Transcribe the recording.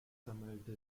sammelte